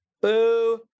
Boo